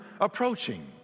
approaching